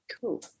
Cool